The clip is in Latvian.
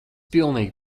pilnīgi